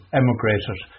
emigrated